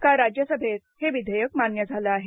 काल राज्यसभेत हे विधेयक मान्य झाले आहे